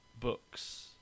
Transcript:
books